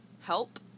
help